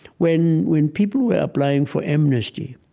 when when people were applying for amnesty,